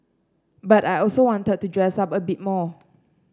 but I also wanted to dress up a bit more